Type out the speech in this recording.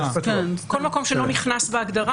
כול מקום שלא נכנס בהגדרה